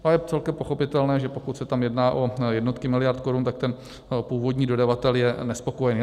A je celkem pochopitelné, že pokud se tam jedná o jednotky miliard korun, tak ten původní dodavatel je nespokojený.